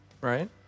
right